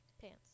pants